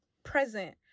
Present